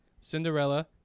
Cinderella